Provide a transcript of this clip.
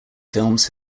films